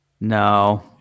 No